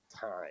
time